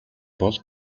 бол